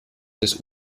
des